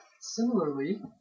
similarly